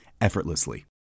effortlessly